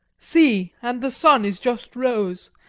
see, and the sun is just rose,